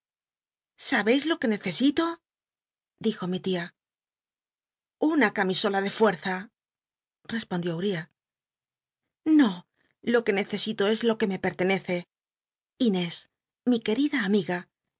sabeis lo que necesito dijo mi tia una camisola de fuerza respondió uriah no lo que necesito es lo c uc me pertenece inés mi querida amiga